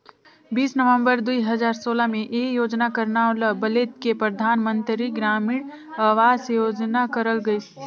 बीस नवंबर दुई हजार सोला में ए योजना कर नांव ल बलेद के परधानमंतरी ग्रामीण अवास योजना करल गइस